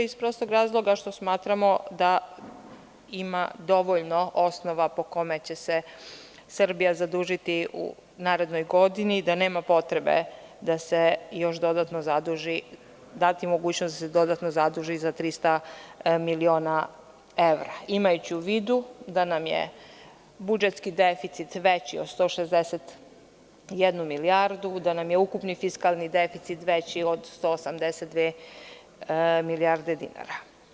Iz prostog razloga što smatramo da ima dovoljno osnova po kome će se Srbija zadužiti u narednoj godini i da nema potrebe dati mogućnost da se još dodatno zaduži za 300 miliona evra, imajući u vidu da nam je budžetski deficit veći od 161 milijardu, da nam je ukupni fiskalni deficit veći od 182 milijarde dinara.